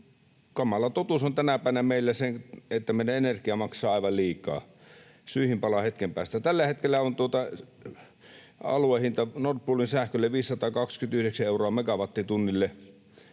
kamala totuus on tänäpänä meillä se, että meidän energia maksaa aivan liikaa. Syihin palaan hetken päästä. Tällä hetkellä aluehinta Nord Poolin sähkölle on 529 euroa megawattitunnille,